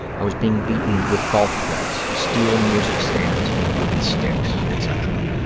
i was being beaten with golf clubs, steel music stands and wooden sticks, etc,